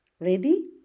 Ready